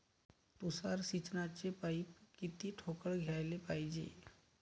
तुषार सिंचनाचे पाइप किती ठोकळ घ्याले पायजे?